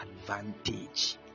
advantage